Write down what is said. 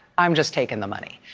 i'm just taking the money.